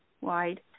wide